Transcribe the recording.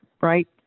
right